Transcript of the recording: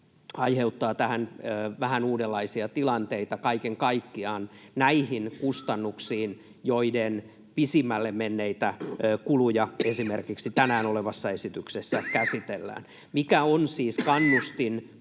kaiken kaikkiaan vähän uudenlaisia tilanteita näihin kustannuksiin, joiden pisimmälle menneitä kuluja esimerkiksi tänään olevassa esityksessä käsitellään. Mikä on siis kannustin kunnalla